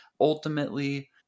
ultimately